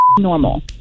normal